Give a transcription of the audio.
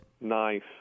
Nice